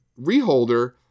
reholder